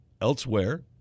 elsewhere